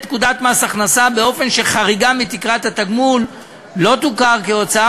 פקודת מס הכנסה באופן שחריגה מתקרת התגמול לא תוכר כהוצאה